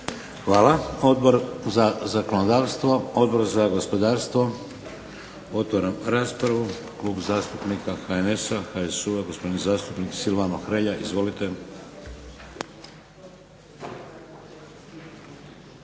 Hvala. Odbor za zakonodavstvo? Odbor za gospodarstvo? Otvaram raspravu. Klub zastupnika HNS-a, HSU-a, gospodin zastupnik Silvano Hrelja. Izvolite. **Hrelja,